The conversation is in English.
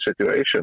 situation